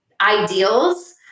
ideals